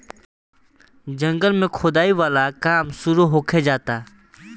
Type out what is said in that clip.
जंगल में खोदाई वाला काम शुरू होखे जाता